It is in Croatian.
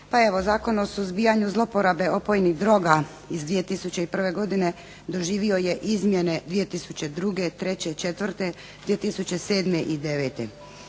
Pa evo Zakon o suzbijanju zlouporabe opojnih droga iz 2001. godine doživio je izmjene 2002., treće i